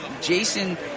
Jason